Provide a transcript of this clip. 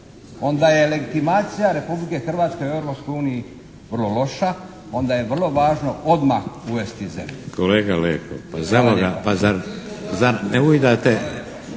onda je legitimacija Republike Hrvatske u Europskoj uniji vrlo loša, onda je vrlo važno odmah uvesti ZERP.